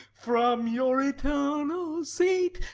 from your eternal seat,